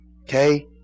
Okay